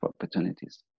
opportunities